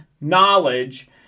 knowledge